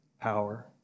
power